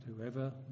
whoever